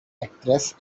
actress